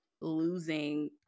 losing